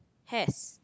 has